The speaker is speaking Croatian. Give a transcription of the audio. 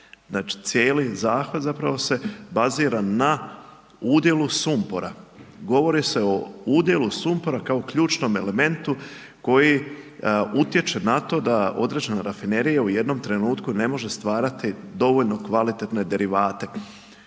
cijeli zahtjev zapravo se bazira na udjelu sumpora, govori se o udjelu sumpora kao ključnom elementu koji utječe na to da određena rafinerija u jednom trenutku ne može stvarati dovoljno kvalitetne derivate.